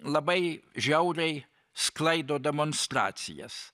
labai žiauriai sklaido demonstracijas